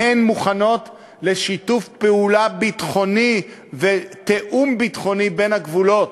והן מוכנות לשיתוף פעולה ביטחוני ותיאום ביטחוני בין הגבולות.